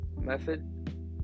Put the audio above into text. method